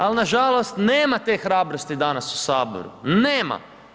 Ali nažalost nemate hrabrosti danas u Saboru, nema.